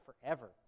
forever